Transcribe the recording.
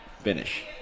finish